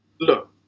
look